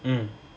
mm